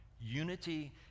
unity